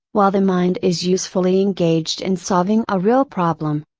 while the mind is usefully engaged in solving a real problem.